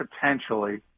potentially